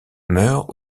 meurt